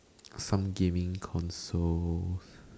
some gaming consoles